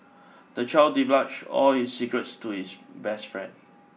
the child divulged all his secrets to his best friend